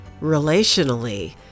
relationally